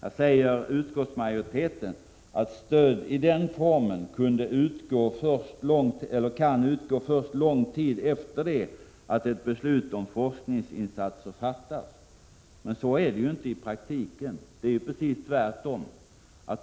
Nu säger utskottsmajoriteten att stöd i den formen kan utgå först lång tid efter det att ett beslut om forskningsinsatser fattats, men så är det inte i praktiken utan precis tvärtom.